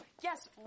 yes